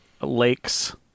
lakes